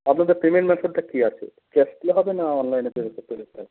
আপনাদের পেমেন্ট মেথডটা কী আছে ক্যাশ দিলে হবে না অনলাইনে পেমেন্ট করতে